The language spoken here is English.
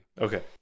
Okay